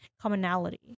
commonality